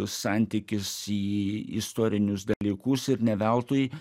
santykis į istorinius dalykus ir ne veltui